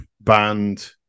band